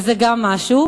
וזה גם משהו.